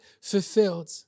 fulfilled